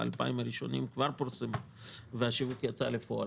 ה-2,000 הראשונים כבר פורסמו והשיווק יצא לפועל,